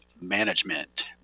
management